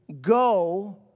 go